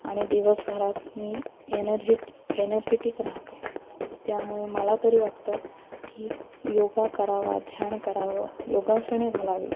आणि दिवसभरात मी एनर्जिट एनर्जेटिक राहते त्यामुळे मला तरी वाटतं की योगा करावा ध्यान करावं योगासने घालावी